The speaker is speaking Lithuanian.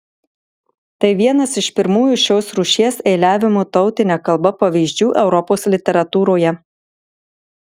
tai vienas iš pirmųjų šios rūšies eiliavimo tautine kalba pavyzdžių europos literatūroje